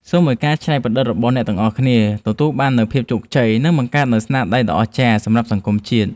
សូមឱ្យការច្នៃប្រឌិតរបស់អ្នកទាំងអស់គ្នាទទួលបាននូវភាពជោគជ័យ និង បង្កើតបាននូវស្នាដៃដ៏អស្ចារ្យសម្រាប់សង្គមជាតិ។